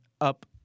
up